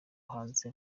hanze